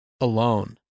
alone